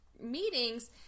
meetings